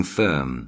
firm